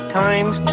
times